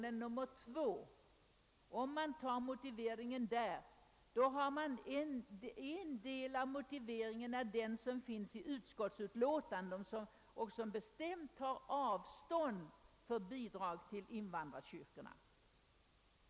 En del av motiveringen i reservationen 2 är densamma som den i utskottsutlåtandet, vari man bestämt tar avstånd från bidrag till invandrarkyrkorna.